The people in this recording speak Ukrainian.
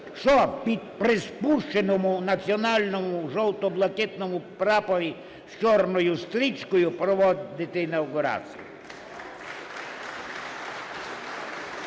що, при приспущеному національному жовто-блакитному прапорі з чорною стрічкою проводити інавгурацію?